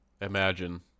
Imagine